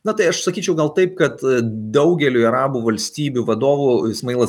na tai aš sakyčiau gal taip kad daugeliui arabų valstybių vadovų ismailas